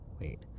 Wait